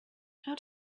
how